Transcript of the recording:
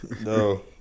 No